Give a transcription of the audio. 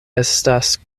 estas